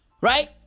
Right